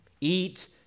Eat